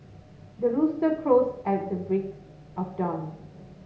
the rooster crows at the break of dawn